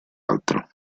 altro